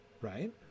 Right